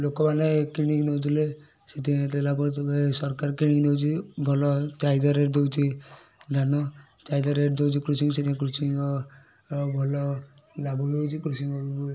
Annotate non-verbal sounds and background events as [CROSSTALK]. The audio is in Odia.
ଲୋକମାନେ କିଣିକି ନେଉଥିଲେ ସେଥିପାଇଁ ଏତେ ଲାଭ ସରକାର କିଣି କି ନେଉଛି ଭଲ ଚାହିଦା ରେଟ୍ ଦେଉଛି ଧାନ ଚାହିଦା ରେଟ୍ ଦେଉଛି କୃଷି [UNINTELLIGIBLE] ଭଲ ଲାଭ ନେଉଛି କୃଷି